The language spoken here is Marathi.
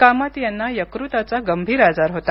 कामत यांना यकृताचा गंभीर आजार होता